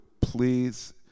please